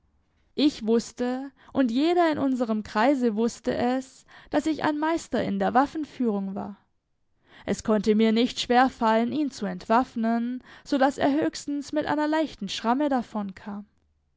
ich wußte und jeder in unserem keise wußte es daß ich ein meister in der waffenführung war es konnte mir nicht schwer fallen ihn zu entwaffnen so daß er höchstens mit einer leichten schramme davon kam